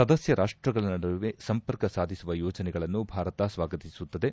ಸದಸ್ತ ರಾಷ್ಟಗಳ ನಡುವೆ ಸಂಪರ್ಕ ಸಾಧಿಸುವ ಯೋಜನೆಗಳನ್ನು ಭಾರತ ಸ್ವಾಗತಿಸುತ್ತದೆ